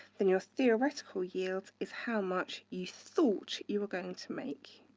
then your theoretical yields is how much you thought you were going to make.